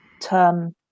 term